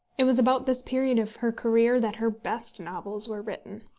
it was about this period of her career that her best novels were written.